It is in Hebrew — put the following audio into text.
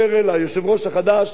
אנא פנה לחבריך בליכוד,